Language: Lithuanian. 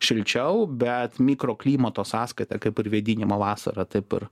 šilčiau bet mikroklimato sąskaita kaip ir vėdinimą vasarą taip ir